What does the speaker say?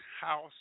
house